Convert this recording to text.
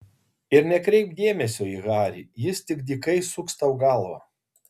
ir nekreipk dėmesio į harį jis tik dykai suks tau galvą